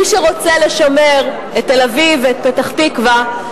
מי שרוצה לשמר את תל-אביב ואת פתח-תקווה,